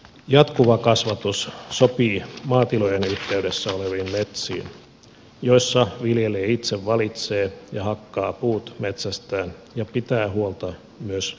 jatkuva kasvatus sopii maatilojen yhteydessä oleviin metsiin joissa viljelijä itse valitsee ja hakkaa puut metsästään ja pitää huolta myös metsän kasvun tulevaisuudesta